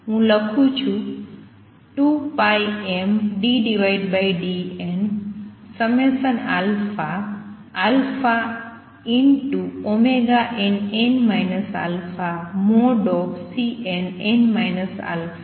હું લખું છું 2πmddnnn α|Cnn α |2h